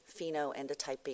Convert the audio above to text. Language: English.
phenoendotyping